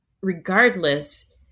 regardless